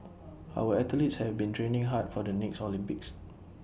our athletes have been training hard for the next Olympics